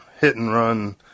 hit-and-run